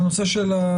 זה נושא של,